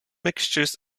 mixtures